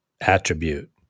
attribute